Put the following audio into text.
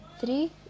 three